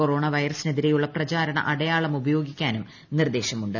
corona വൈറസിനെതിരെയുള്ള പ്രചാരണ അടയാളം ഉപയോഗിക്കാനും നിർദ്ദേശമുണ്ട്